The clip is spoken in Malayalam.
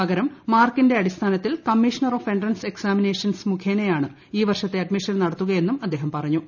പകരം മാർക്കിന്റെ അടിസ്ഥാനത്തിൽ കമ്മീഷണർ ഓഫ് എൻട്രൻസ് എക്സാമിനേഷൻസ് മുഖേനയാണ് ഈ വർഷത്തെ അഡ്മിഷൻ നടത്തുകയെന്നും അദ്ദേഹം പറഞ്ഞു